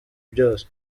byose